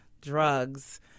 drugs